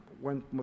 went